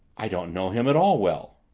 i don't know him at all well.